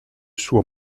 suo